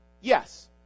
Yes